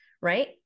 Right